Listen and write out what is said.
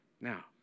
now